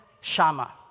shama